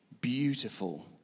beautiful